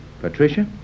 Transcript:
Patricia